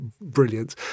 brilliant